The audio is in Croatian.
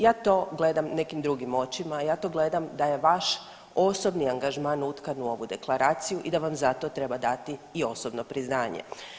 Ja to gledam nekim drugim očima, ja to gledam da je vaš osobni angažman utkan u ovu deklaraciju i da vam za to treba dati i osobno priznanje.